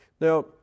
Now